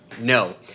No